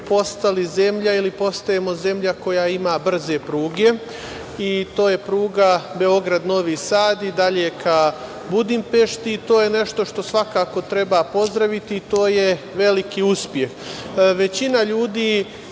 postali ili postajemo zemlja koja ima brze pruge i to je pruga Beograd-Novi Sad i dalje ka Budimpešti. To je nešto što svakako treba pozdraviti. To je veliki uspeh. Većina ljudi